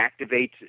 activates